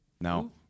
No